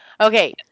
Okay